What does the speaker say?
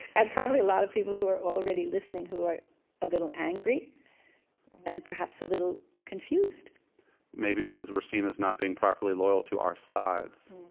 and probably a lot of people who already listening who are a little angry and perhaps a little confused maybe because we're seen as not being properly loyal to our sides.